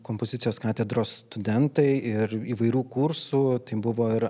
kompozicijos katedros studentai ir įvairių kursų tai buvo ir